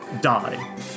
die